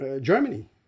Germany